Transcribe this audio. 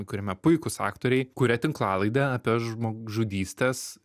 kuriame puikūs aktoriai kuria tinklalaidę apie žmogžudystes